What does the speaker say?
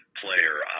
player